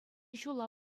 ҫула